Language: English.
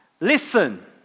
Listen